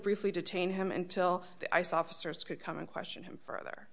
briefly detain him until the ice officers could come and question him further